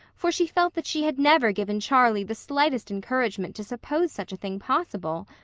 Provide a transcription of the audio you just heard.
for she felt that she had never given charlie the slightest encouragement to suppose such a thing possible.